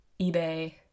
eBay